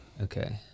Okay